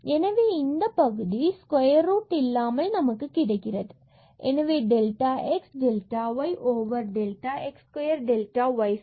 எனவே இந்த பகுதி ஸ்கொயர் ரூட் இல்லாமல் நமக்கு கிடைக்கிறது dz∂z∂xx∂z∂yΔy0 எனவே delta x delta y delta x square delta y square